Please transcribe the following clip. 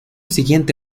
siguiente